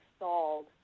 installed